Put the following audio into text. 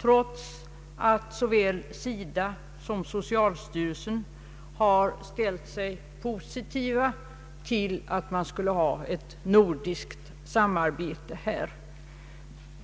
trots att såväl SIDA som socialstyrelsen ställt sig positiva till ett nordiskt samarbete här.